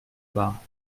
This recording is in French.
pas